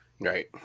Right